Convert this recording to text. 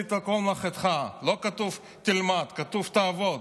ועשית כל מלאכתך" לא כתוב "תלמד", כתוב "תעבוד".